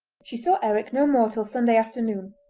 she saw eric no more till sunday afternoon,